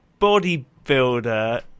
bodybuilder